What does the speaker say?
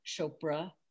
Chopra